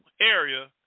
area